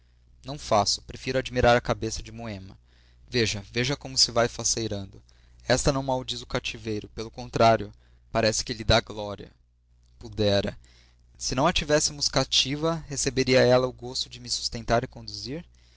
não faço prefiro admirar a cabeça de moema veja veja como se vai faceirando esta não maldiz o cativeiro pelo contrário parece que lhe dá glória pudera se não a tivéssemos cativa receberia ela o gosto de me sustentar e conduzir